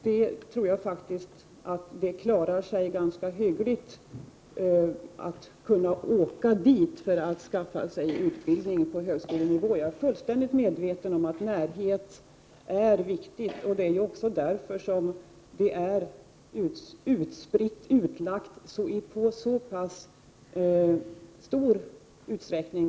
Jag tror faktiskt att de ligger hyggligt till för att ungdomar skall kunna åka dit och skaffa sig utbildning på högskolenivå. Jag är fullständigt medveten om att närhet är viktig, och det är också därför som utbildningen föreslås bli utspridd i så pass stor utsträckning.